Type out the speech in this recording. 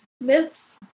myths